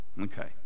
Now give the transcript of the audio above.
okay